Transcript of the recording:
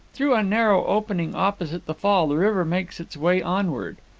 through a narrow opening opposite the fall the river makes its way onward.